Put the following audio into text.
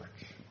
church